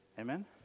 Amen